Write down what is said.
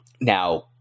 Now